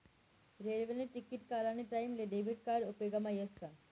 रेल्वेने तिकिट काढानी टाईमले डेबिट कार्ड उपेगमा यस का